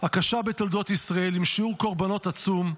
הקשה בתולדות ישראל, עם שיעור קורבנות עצום,